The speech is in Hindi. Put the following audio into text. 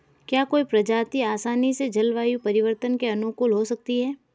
क्या कोई प्रजाति आसानी से जलवायु परिवर्तन के अनुकूल हो सकती है?